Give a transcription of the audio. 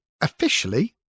officially